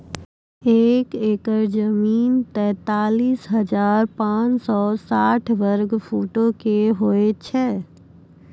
एक एकड़ जमीन, तैंतालीस हजार पांच सौ साठ वर्ग फुटो के होय छै